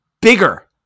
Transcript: bigger